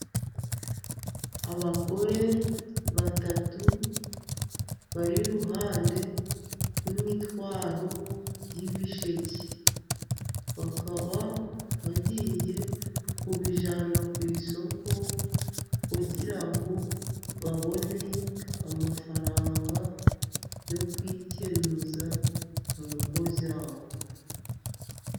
Abagore batatu bari iruhande rw'imitwaro y'ibisheke, bakaba bagiye kubijyana ku isoko kugira ngo babone amafaranga yo kwikenuza mu ngo zabo.